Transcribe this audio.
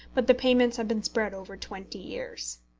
but the payments have been spread over twenty years.